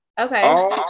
Okay